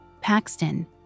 Paxton